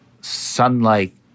Sunlight